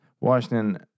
Washington